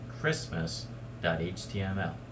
christmas.html